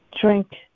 drink